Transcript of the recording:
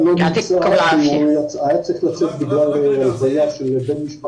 אי אפשר לשלוח את הילד שלי בלי שאני מרגישה